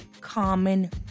common